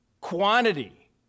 Quantity